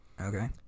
Okay